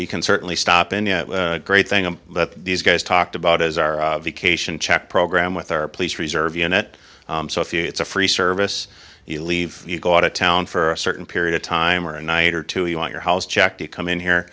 you can certainly stop in the great thing about these guys talked about as our vacation check program with our police reserve unit so if you it's a free service you leave you go out of town for a certain period of time or a night or two you want your house check to come in here